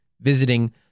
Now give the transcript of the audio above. visiting